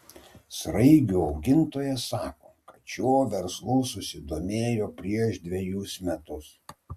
sraigių augintojas sako kad šiuo verslu susidomėjo prieš dvejus metus